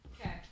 Okay